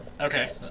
Okay